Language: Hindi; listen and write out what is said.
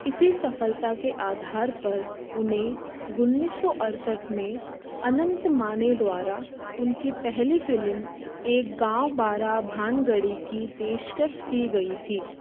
इसी सफलता के आधार पर उन्हें उन्नीस सौ अड़सठ में अनंत माने द्वारा उनकी पहली फिलिम एक गाँव बारा भानगडी की पेशकश की गई थी